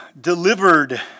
delivered